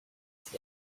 its